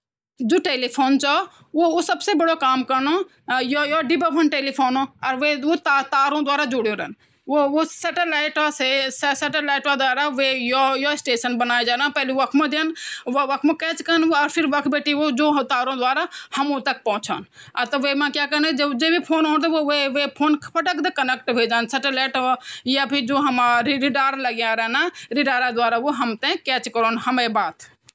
क्रिमाला जो चीन वो जो दिमागा घोर हौंडा बड़ा बड़ा मिटटी माँ बढ़ाया रेन्ड जमीन माँ वे माँ जमीना भीतर वे माँ जो वो अपह घर बनौन्दा और वो सभी चीटिया एक साथ रेन्ड और जो जो रानी चिट्टी होंदी वो बहुत सारा अंडा डंडी देके सभी चीजों देखभाल कण यानि उन बड़ी बेवस्थाये वने वने बड़ी कॉलोनी बंदी जांदी